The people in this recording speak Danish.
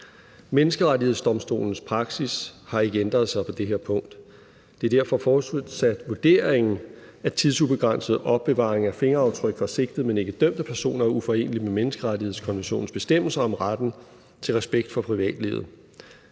Menneskerettighedsdomstolens praksis har ikke ændret sig på det her punkt. Det er derfor fortsat vurderingen, at tidsubegrænset opbevaring af fingeraftryk fra sigtede, men ikke dømte personer, er uforenelig med menneskerettighedskonventionens bestemmelser om retten til respekt for privatlivet.